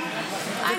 לא,